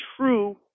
true